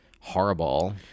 horrible